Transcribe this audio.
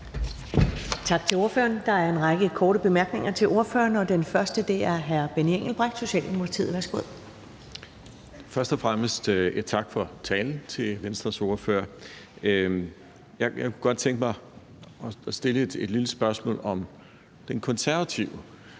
Tak til ordføreren. Der er en række korte bemærkninger til ordføreren, og den første er fra hr. Benny Engelbrecht, Socialdemokratiet. Værsgo. Kl. 10:34 Benny Engelbrecht (S): Først og fremmest tak til Venstres ordfører for talen. Jeg kunne godt tænke mig at stille et lille spørgsmål om den konservative